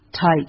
tight